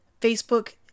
Facebook